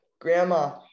Grandma